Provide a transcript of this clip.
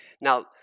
Now